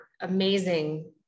amazing